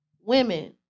women